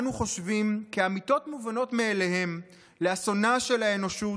אנו חושבים כ'אמיתות מובנות מאליהן' לאסונה של האנושות,